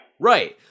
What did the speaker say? Right